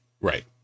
right